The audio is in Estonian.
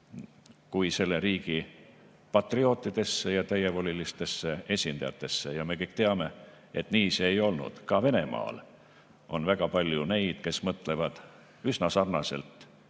kui selle riigi patriootidesse ja täievolilistesse esindajatesse. Aga me kõik teame, et nii see ei olnud. Ka Venemaal on väga palju neid, kes mõtlevad üsna sarnaselt